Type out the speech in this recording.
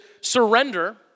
surrender